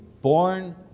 born